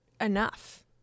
enough